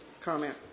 comment